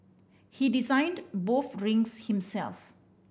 he designed both rings himself